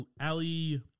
Ali